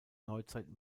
neuzeit